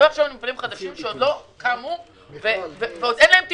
מדובר על מפעלים חדשים שעוד לא קמו ואין להם תכנון.